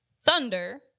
Thunder